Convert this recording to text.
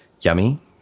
yummy